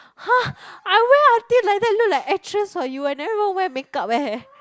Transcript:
!huh! I wear until like that look like actress for you and I never even wear makeup eh